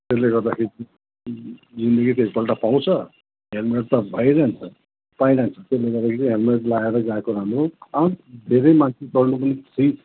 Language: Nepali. त्यसले गर्दाखेरि चाहिँ जिन्दगी त एकपल्ट पाउँछ हेल्मेट त भएन नि त पाइरहन्छ त्यसले गर्दाखेरि हेल्मेट लगाएर गएको राम्रो अनि धेरै मान्छे चढ्नु पनि थ्री